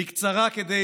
בקצרה, כדי